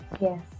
Yes